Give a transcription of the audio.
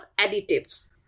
additives